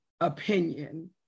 opinion